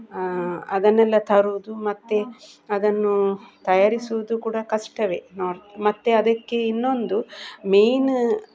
ಅದನ್ನೆಲ್ಲ ತರೋದು ಮತ್ತು ಅದನ್ನು ತಯಾರಿಸುವುದು ಕೂಡ ಕಷ್ಟವೇ ನಾರ್ತ್ ಮತ್ತು ಅದಕ್ಕೆ ಇನ್ನೊಂದು ಮೇನ್